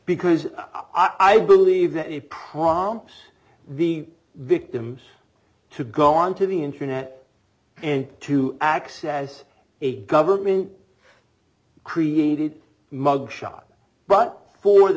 because i would leave that it prompts the victims to go on to the internet and to access a government created mug shot but for the